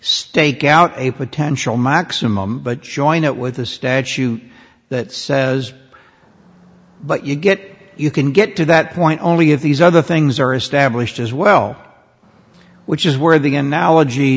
stake out a potential maximum but showing up with a statute that says but you get you can get to that point only if these other things are established as well which is where the analogy